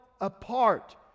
apart